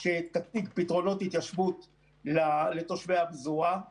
שתציג פתרונות התיישבות לתושבי הפזורה;